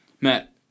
Matt